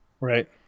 Right